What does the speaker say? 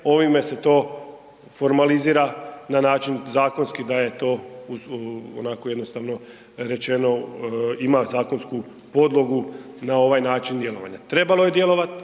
ovime se to formalizira na način zakonski da je to onako jednostavno rečeno ima zakonsku podlogu na ovaj način djelovanja. Trebalo je djelovat